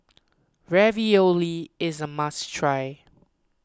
Ravioli is a must try